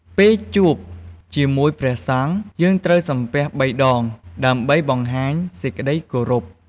ពេលជួបជាមួយព្រះសង្ឃ យើងត្រូវសំពះបីដង ដើម្បីបង្ហាញសេចក្ដីគោរព។